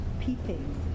peeping